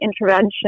intervention